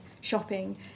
shopping